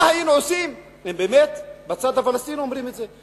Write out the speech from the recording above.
מה היינו עושים אם באמת בצד הפלסטיני היו אומרים את זה?